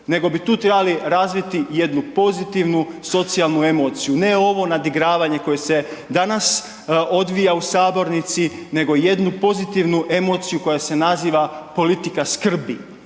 nego bi tu trebali razviti jednu pozitivnu socijalnu emociju, ne ovo nadigravanje koje se danas odvija u sabornici nego jednu pozitivnu emociju koja se naziva politika skrbi,